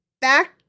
Back